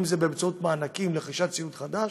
אם זה באמצעות מענקים לרכישת ציוד חדש.